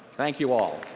thank you all.